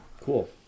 Cool